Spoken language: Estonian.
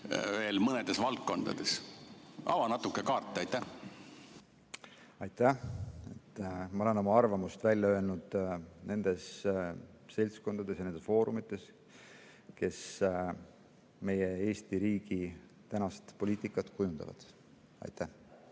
veel mõnes valdkonnas? Ava natuke kaarte. Aitäh! Ma olen oma arvamuse välja öelnud nendes seltskondades ja nendes foorumites, kes meie Eesti riigi tänast poliitikat kujundavad. Aitäh!